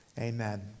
Amen